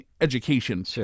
education